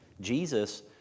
Jesus